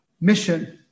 mission